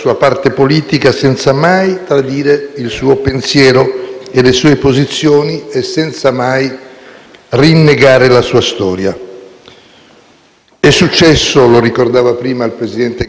È successo, lo ricordava prima il presidente Gasparri, quando Alleanza Nazionale, di cui era uno dei massimi dirigenti, si è fusa con Forza Italia nel Popolo della Libertà;